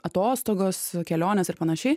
atostogos kelionės ir panašiai